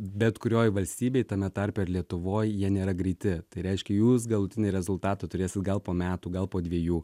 bet kurioj valstybėj tame tarpe ir lietuvoj jie nėra greiti reiškia jūs galutinį rezultatą turėsit gal po metų gal po dviejų